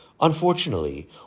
Unfortunately